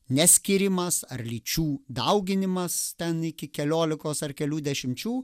neskyrimas ar lyčių dauginimas ten iki keliolikos ar kelių dešimčių